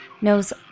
knows